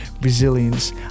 resilience